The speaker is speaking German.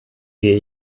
gehe